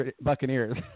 Buccaneers